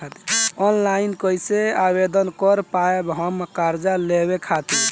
Online कइसे आवेदन कर पाएम हम कर्जा लेवे खातिर?